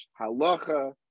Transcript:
Halacha